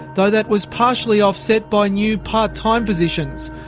though that was partially offset by new part-time positions.